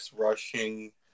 Rushing